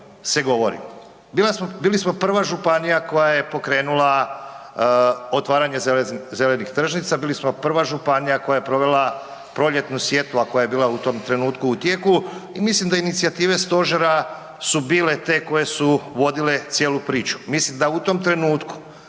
se govori. Bili smo prva županija koja je pokrenula otvaranje zelenih tržnica, bili smo prva županija koja je provela proljetnu sjetvu a koja je bila u tom trenutku u tijeku i mislim da inicijative stožera su bile te koje su vodile cijelu priču. Mislim da u tom trenutku